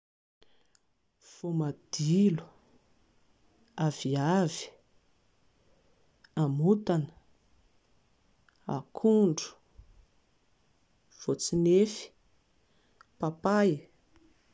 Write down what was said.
Voamadilo, aviavy, amontana, akondro, voatsinefy, papay